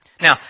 Now